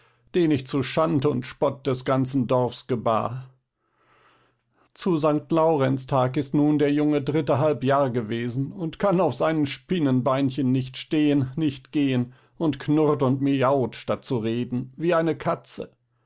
den ich zu schand und spott des ganzen dorfs gebar zu st laurenztag ist nun der junge drittehalb jahre gewesen und kann auf seinen spinnenbeinchen nicht stehen nicht gehen und knurrt und miaut statt zu reden wie eine katze